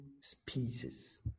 species